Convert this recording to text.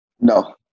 No